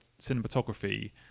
cinematography